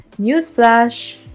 newsflash